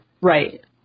Right